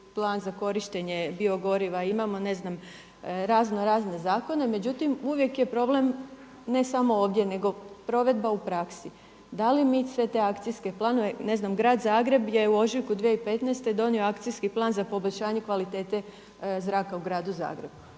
plan za korištenje biogoriva, imamo ne znam raznorazne zakone, međutim uvijek je problem ne samo ovdje nego provedba u praksi. Da li mi sve te akcijske planove ne znam grad Zagreb je u ožujku 2015. donio Akcijski plan za poboljšanje kvalitete zraka u gradu Zagrebu,